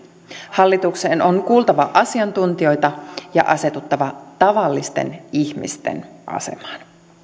hallituksen on kuultava asiantuntijoita ja asetuttava tavallisten ihmisten asemaan